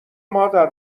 مادر